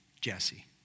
Jesse